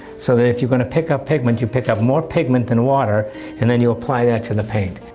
so that if your going to pick up pigment, you pick up more pigment than water and then you apply that to the paint.